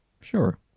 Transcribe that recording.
Sure